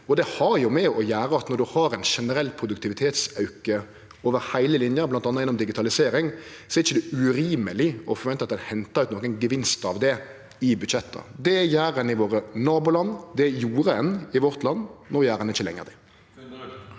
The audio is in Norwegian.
Det har å gjere med at når ein har ein generell produktivitetsauke over heile linja, bl.a. innan digitalisering, er det ikkje urimeleg å forvente at ein hentar ut nokre gevinstar av det i budsjetta. Det gjer ein i våre naboland, det gjorde ein i vårt land. No gjer ein ikkje det